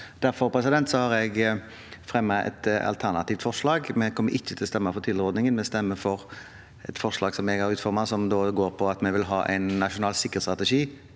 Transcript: Derfor har jeg fremmet et alternativt forslag. Vi kommer ikke til å stemme for tilrådingen; vi stemmer for forslaget jeg har utformet, som går på at vi vil ha en nasjonal sikkerhetsstrategi